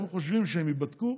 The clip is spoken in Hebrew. הם חושבים שהם ייבדקו